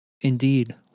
Indeed